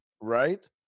right